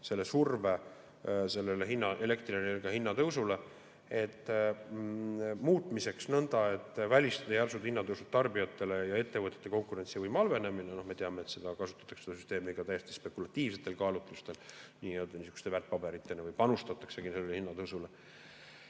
selle surve elektrienergia hinna tõusuks, muutmiseks nõnda, et välistada järsud hinnatõusud tarbijatele ja ettevõtete konkurentsivõime halvenemine. Me teame, et seda süsteemi kasutatakse ka täiesti spekulatiivsetel kaalutlustel, niisuguste väärtpaberitena või panustataksegi sellele hinnatõusule.